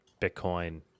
Bitcoin